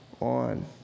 on